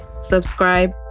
subscribe